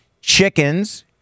chickens